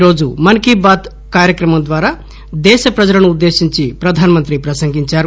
ఈరోజు మన్ కీ బాత్ కార్యక్రమం ద్వారా దేశ ప్రజలను ఉద్దేశించి ప్రధాన మంత్రి ప్రసంగించారు